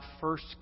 first